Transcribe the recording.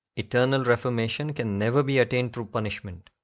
eternal reformation can never be attained through punishment.